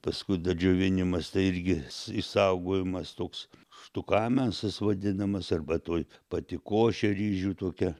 paskui dar džiovinimas tai irgi is išsaugojimas toks stukamensas vadinamas arba toj pati košė ryžių tokia